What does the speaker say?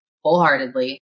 wholeheartedly